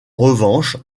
revanche